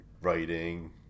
writing